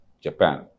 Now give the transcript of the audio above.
Japan